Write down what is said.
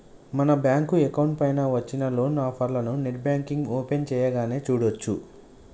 మన bank account పైన వచ్చిన లోన్ ఆఫర్లను నెట్ బ్యాంకింగ్ ఓపెన్ చేయగానే చూడచ్చు